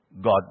God